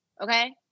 Okay